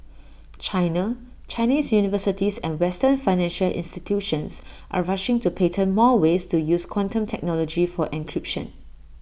China Chinese universities and western financial institutions are rushing to patent more ways to use quantum technology for encryption